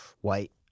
White